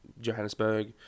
Johannesburg